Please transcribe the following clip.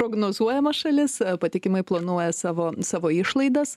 prognozuojama šalis patikimai planuoja savo savo išlaidas